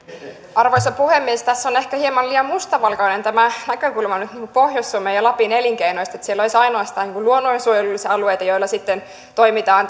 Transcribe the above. arvoisa puhemies tässä on nyt ehkä hieman liian mustavalkoinen tämä näkökulma pohjois suomen ja lapin elinkeinoista että siellä olisi ainoastaan luonnonsuojelullisia alueita joilla sitten toimitaan